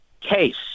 case